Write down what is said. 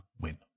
win